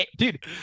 Dude